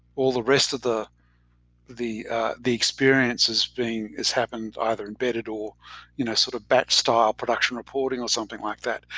all the rest of the the experiences being has happened either embedded, or you know sort of batch style production reporting, or something like that.